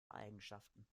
eigenschaften